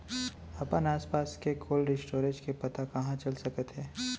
अपन आसपास के कोल्ड स्टोरेज के पता कहाँ चल सकत हे?